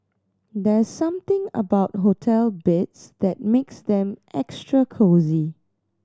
there's something about hotel beds that makes them extra cosy